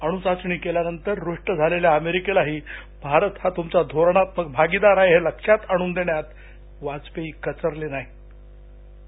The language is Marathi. अणुचाचणी केल्यानंतर रुष्ट झालेल्या अमेरिकेलाही भारत हा तुमचा धोरणात्मक भागिदार आहे हे लक्षात आणून देण्यात वाजपेयी कचरले नाहीत